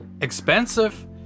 expensive